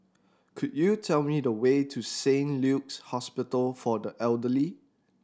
could you tell me the way to Saint Luke's Hospital for the Elderly